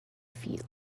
feet